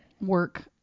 work